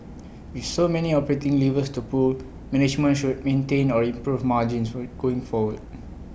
with so many operating levers to pull management should maintain or improve margins will going forward